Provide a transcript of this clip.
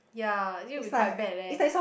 yeah actually we quite bad leh